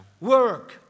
Work